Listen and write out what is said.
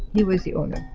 he was the owner.